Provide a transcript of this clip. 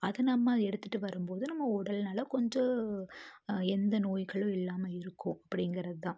அதை நம்ம எடுத்துகிட்டு வரும் போது நம்ம உடல் நலம் கொஞ்சம் எந்த நோய்களும் இல்லாமல் இருக்கும் அப்படிங்கிறது தான்